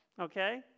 Okay